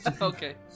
Okay